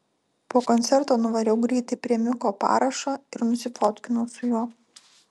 po koncerto nuvariau greitai prie miko parašo ir nusifotkinau su juo